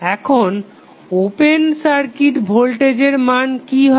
এখন open circuit ভোল্টেজের মান কি হবে